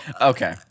Okay